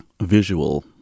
visual